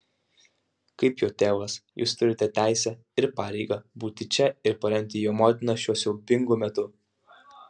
kaip jo tėvas jūs turite teisę ir pareigą būti čia ir paremti jo motiną šiuo siaubingu metu